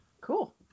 Cool